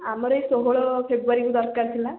ଆମର ଏଇ ଷୋହଳ ଫେବୃୟାରୀକୁ ଦରକାର ଥିଲା